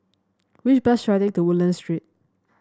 which bus should I take to Woodlands Street